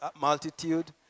multitude